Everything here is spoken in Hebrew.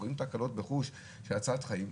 תקלות כהצלת חיים,